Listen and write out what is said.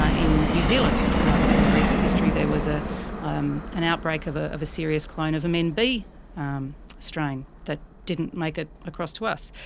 ah in new zealand um in recent history there was ah um an outbreak of a of a serious clone of a men b um strain that didn't make it ah across to us.